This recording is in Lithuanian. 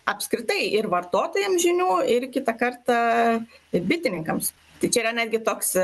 apskritai ir vartotojams žinių ir kitą kartą bitininkams tai čia yra netgi toks